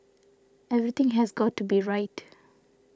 everything has got to be right